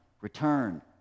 return